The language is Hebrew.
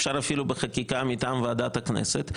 אפשר אפילו בחקיקה מטעם ועדת הכנסת,